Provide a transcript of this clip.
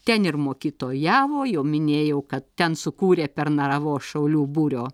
ten ir mokytojavo jau minėjau kad ten sukūrė pernaravos šaulių būrio